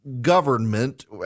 government